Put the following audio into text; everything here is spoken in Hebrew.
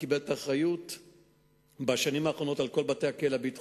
הוא קיבל בשנים האחרונות את האחריות לכל בתי-הכלא הביטחוניים.